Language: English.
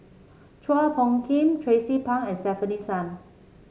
Chua Phung Kim Tracie Pang and Stefanie Sun